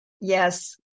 yes